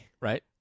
Right